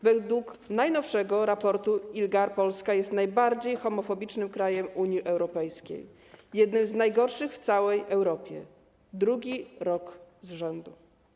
Według najnowszego raportu ILGAR Polska jest najbardziej homofobicznym krajem Unii Europejskiej, jednym z najgorszych w całej Europie, drugi rok z rzędu.